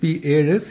P ഏഴ് C